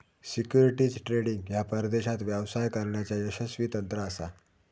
securities trading ह्या परदेशात व्यवसाय करण्याचा यशस्वी तंत्र असा